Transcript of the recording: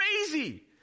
crazy